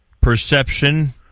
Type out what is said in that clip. perception